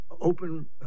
open